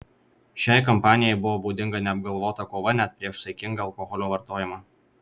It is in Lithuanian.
šiai kampanijai buvo būdinga neapgalvota kova net prieš saikingą alkoholio vartojimą